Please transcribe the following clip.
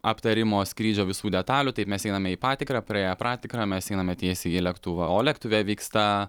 aptarimo skrydžio visų detalių tai mes einame į patikrą praėję pratikrą mes einame tiesiai į lėktuvą o lėktuve vyksta